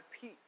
peace